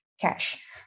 cash